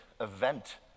event